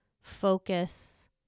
focus